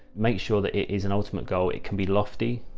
make sure that it is an ultimate goal. it can be lofty,